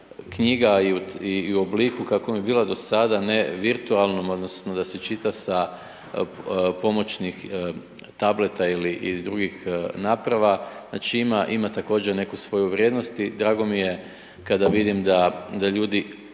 knjiga i u obliku u kakvom je bila do sada, ne virtualnom odnosno da se čita sa pomoćnih tableta ili drugih naprava, znači ima također ima neku svoju vrijednost i drago mi je, kada vidim da ljudi